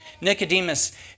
Nicodemus